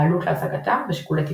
העלות להשגתה ושיקולי תפעול.